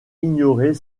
ignorer